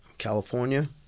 California